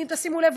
אם תשימו לב,